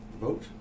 Vote